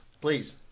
please